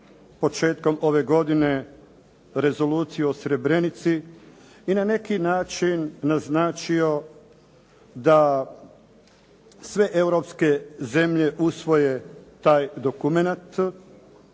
početkom ove godine Rezoluciju o Srebrenici i na neki način naznačio da sve europske zemlje usvoje taj dokumenat